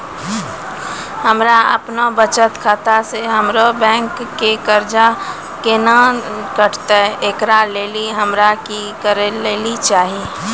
हमरा आपनौ बचत खाता से हमरौ बैंक के कर्जा केना कटतै ऐकरा लेली हमरा कि करै लेली परतै?